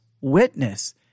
witness